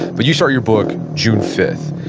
but you start your book june fifth,